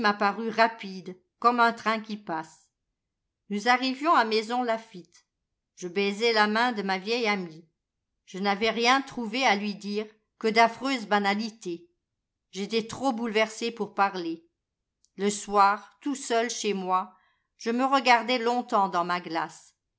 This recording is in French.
rapide comme un train qui passe nous arrivions à maisons laffitte je baisai la mam de ma vieille amie je n'avais rien trouvé à lui dire que d'affreuses banalités j'étais trop bouleversé pour parler le soir tout seul chez moi je me regardais longtemps dans ma glace